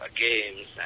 games